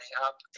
up